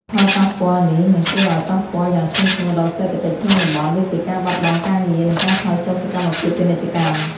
ផលប៉ះពាល់នេះនឹងធ្វើឲ្យប៉ះពាល់យ៉ាងធ្ងន់ធ្ងរដល់សេដ្ឋកិច្ចក្នុងតំបន់ ដូចជាការបាត់បង់ការងារ និងការថយចុះសកម្មភាពពាណិជ្ជកម្ម។